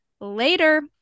Later